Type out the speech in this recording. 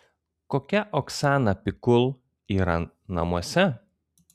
kokia oksana pikul yra namuose